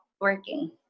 working